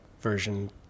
version